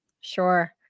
Sure